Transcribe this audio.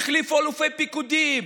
החליפו אלופי פיקודים,